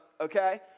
Okay